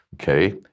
Okay